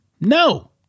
No